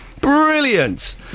Brilliant